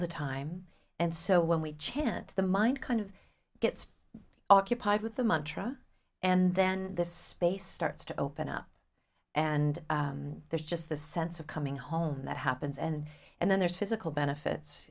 the time and so when we chant the mind kind of gets occupied with the month and then this space starts to open up and there's just the sense of coming home that happens and and then there's physical benefits